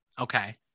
Okay